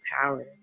power